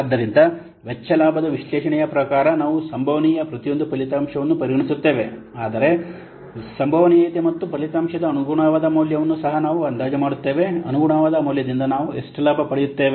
ಆದ್ದರಿಂದ ವೆಚ್ಚ ಲಾಭದ ವಿಶ್ಲೇಷಣೆಯ ಪ್ರಕಾರ ನಾವು ಸಂಭವನೀಯ ಪ್ರತಿಯೊಂದು ಫಲಿತಾಂಶವನ್ನು ಪರಿಗಣಿಸುತ್ತೇವೆ ಅದರ ಸಂಭವನೀಯತೆ ಮತ್ತು ಫಲಿತಾಂಶದ ಅನುಗುಣವಾದ ಮೌಲ್ಯವನ್ನು ಸಹ ನಾವು ಅಂದಾಜು ಮಾಡುತ್ತೇವೆ ಅನುಗುಣವಾದ ಮೌಲ್ಯದಿಂದ ನಾವು ಎಷ್ಟು ಲಾಭ ಪಡೆಯುತ್ತೇವೆ